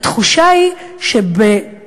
התחושה היא שב-2014,